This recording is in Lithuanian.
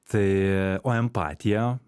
tai o empatija